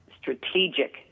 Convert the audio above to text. strategic